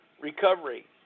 recovery